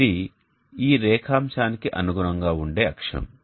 ఇది ఈ రేఖాంశానికి అనుగుణంగా ఉండే అక్షం